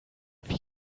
wie